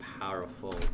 powerful